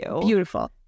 Beautiful